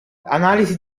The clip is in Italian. analisi